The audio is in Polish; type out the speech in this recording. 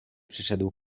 przyszedł